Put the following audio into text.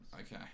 Okay